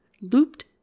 looped